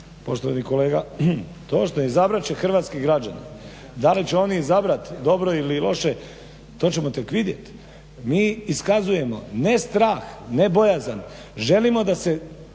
Poštovani kolega, točno izabrat će hrvatski građani. Da li će oni izabrati dobro ili loše to ćemo tek vidjeti. Mi iskazujemo ne strah, ne bojazan. Želimo da se